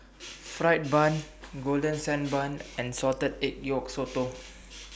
Fried Bun Golden Sand Bun and Salted Egg Yolk Sotong